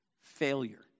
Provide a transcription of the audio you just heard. Failure